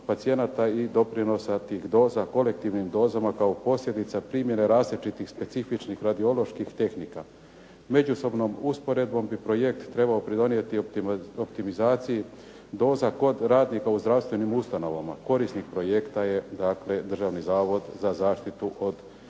i doprinosa tih doza kolektivnim dozama kao posljedica primjene različitih specifičnih radioloških tehnika. Međusobnom usporedbom bi projekt trebao pridonijeti optimizaciji, dolazak kod radnika u zdravstvenim ustanovama. Korisnik projekta je Državni zavod za zaštitu od zračenja.